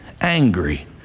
angry